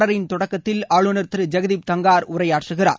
தொடரின் தொடக்கத்தில் ஆளுநர் திரு ஐக்தீப் தங்கர் உரையாற்றுகிறார்